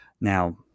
Now